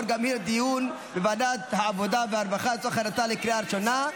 גם היא לדיון בוועדת העבודה והרווחה לצורך הכנתה לקריאה ראשונה.